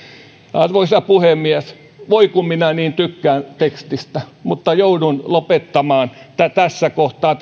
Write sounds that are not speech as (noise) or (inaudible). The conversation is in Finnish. arvoisa puhemies voi kun minä niin tykkään tekstistä mutta joudun lopettamaan tässä kohtaa (unintelligible)